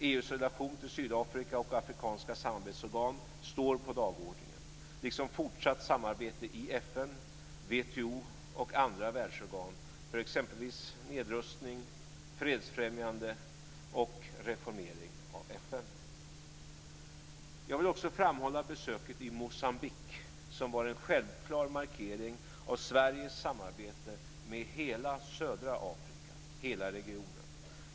EU:s relation till Sydafrika och afrikanska samarbetsorgan står på dagordningen liksom fortsatt samarbete inom FN, WTO och andra världsorgan för exempelvis nedrustning, fredsfrämjande och reformering av FN. Jag vill också framhålla besöket i Moçambique, som var en självklar markering av Sveriges samarbete med hela södra Afrika, hela regionen.